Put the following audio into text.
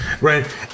Right